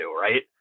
right